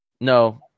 No